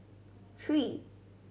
three